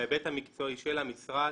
בהיבט המקצועי של המשרד,